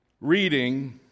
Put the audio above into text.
reading